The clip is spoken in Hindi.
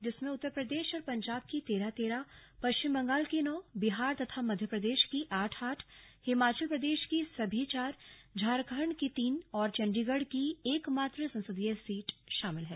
जिसमें उत्तर प्रदेश और पंजाब की तेरह तेरह पश्चिम बंगाल की नौ बिहार तथा मध्य प्रदेश की आठ आठ हिमाचल प्रदेश की सभी चार झारखंड की तीन और चंडीगढ़ की एकमात्र संसदीय सीट शामिल हैं